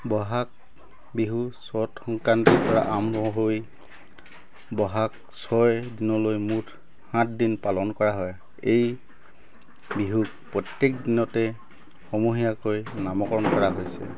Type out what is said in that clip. বহাগ বিহু চ'ত সংক্ৰান্তিৰপৰা আৰম্ভ হৈ বহাগ ছয় দিনলৈ মুঠ সাতদিন পালন কৰা হয় এই বিহুত প্ৰত্যেক দিনতে সমূহীয়াকৈ নামকৰণ কৰা হৈছে